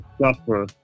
suffer